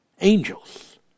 angels